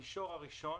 המישור הראשון